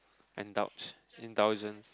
indulge indulgence